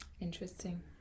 Interesting